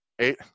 Eight